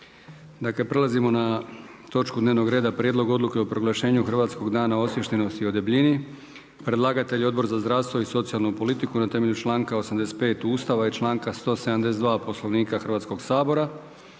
Dakle prelazimo na točku dnevnog reda: - Prijedlog odluke o proglašenju Hrvatskog dana osviještenosti o debljini; Predlagatelj je Odbor za zdravstvo i socijalnu politiku, na temelju članka 85. Ustava i članka 172. Poslovnika Hrvatskoga sabora.